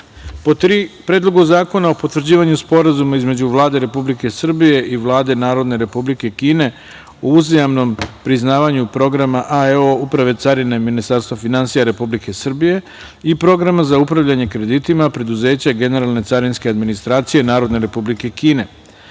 o: Predlogu zakona o potvrđivanju Sporazuma između Vlade Republike Srbije i Vlade Narodne Republike Kine o uzajamnom priznavanju Programa AEO Uprave carine Ministarstva finansija Republike Srbije i Programa za upravljanje kreditima preduzeća Generalne carinske administracije Narodne Republike Kine,